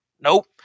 Nope